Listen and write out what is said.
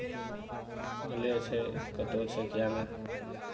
कले छै कतहु छै किएक ने